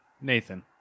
Nathan